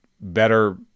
better